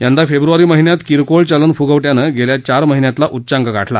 यंदा फेब्रवारी महिन्यात किरकोळ चलनफुंगव डोनं गेल्या चार महिन्यांतला उच्चांक गाठला